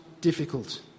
difficult